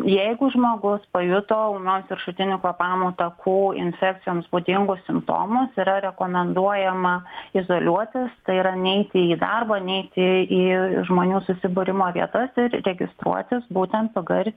jeigu žmogus pajuto ūmios viršutinių kvėpavimo takų infekcijoms būdingus simptomus yra rekomenduojama izoliuotis tai yra neiti į darbą neiti į žmonių susibūrimo vietas ir registruotis būtent pgr